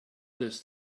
this